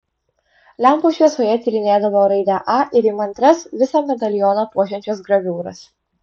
lempos šviesoje tyrinėdavo raidę a ir įmantrias visą medalioną puošiančias graviūras